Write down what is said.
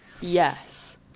Yes